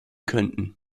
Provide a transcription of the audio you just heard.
könnten